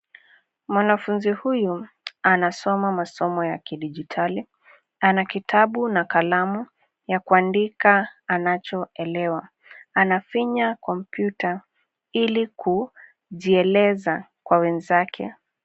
Mwanafunzi huyu anasoma masomo ya kidijitali. Ana kitabu na kalamu ya kuandika anachoelewa. Anafinya kompyuta ili kujieleza kwa wenzake.